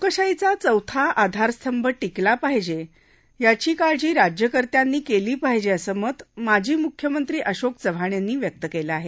लोकशाहीचा चौथा आधारस्तंभ टिकला पाहिजे यांची काळजी राज्यकर्त्यांनी केली पाहिजे असं मत माजी मुख्यमंत्री अशोक चव्हाण यांनी व्यक्त केलं आहे